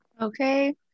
Okay